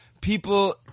People